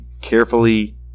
carefully